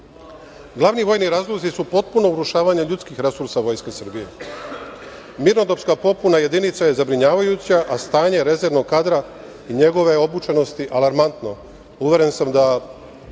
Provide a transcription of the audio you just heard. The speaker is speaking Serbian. Glavni vojni razlozi su potpuno urušavanje ljudskih resursa Vojske Srbije, mirnodopska popuna jedinica je zabrinjavajuća, a stanje rezervnog kadra i njegove obučenosti je alarmantno. Uveren sam da